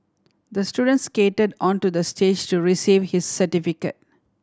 the student skated onto the stage to receive his certificate